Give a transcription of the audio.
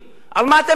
על מה אתם מדברים?